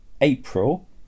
April